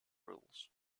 rules